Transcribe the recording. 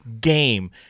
game